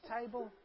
table